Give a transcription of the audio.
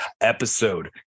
episode